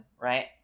right